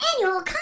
annual